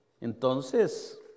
Entonces